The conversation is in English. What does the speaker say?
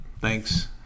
thanks